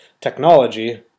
technology